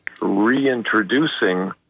reintroducing